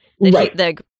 Right